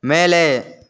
மேலே